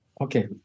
Okay